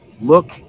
Look